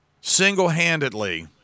single-handedly